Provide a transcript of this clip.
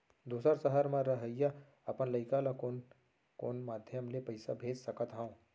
दूसर सहर म रहइया अपन लइका ला कोन कोन माधयम ले पइसा भेज सकत हव?